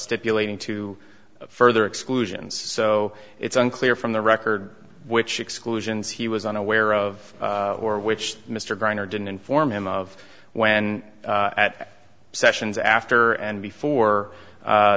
stipulating to further exclusions so it's unclear from the record which exclusions he was unaware of or which mr greiner didn't inform him of when at sessions after and before